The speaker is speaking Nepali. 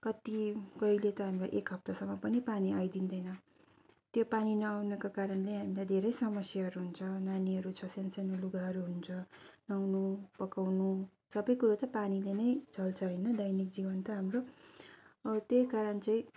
कति कहिले त हाम्रो एक हप्तासम्म पनि पानी आइदिँदैन त्यो पानी नआउनाको कारणले हामीलाई धेरै समस्याहरू हुन्छ नानीहरू छ सान्सानो लुगाहरू हुन्छ नुहाउनु पकाउनु सबै कुरा त पानीले नै चल्छ होइन दैनिक जीवन त हाम्रो अब त्यही कारण चाहिँ